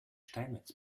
steinmetz